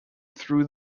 through